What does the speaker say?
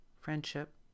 friendship